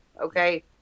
Okay